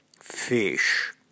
Fish